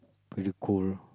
pretty cool